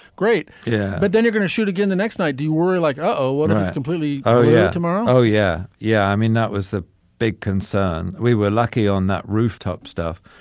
great. yeah. but then you're going to shoot again the next night. do you worry like. oh completely. oh yeah. tomorrow. oh yeah. yeah i mean that was a big concern. we were lucky on that rooftop stuff.